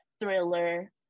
thriller